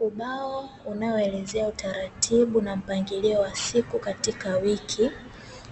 Ubao unaolezea utaratibu na mpangilio wa siku katika wiki,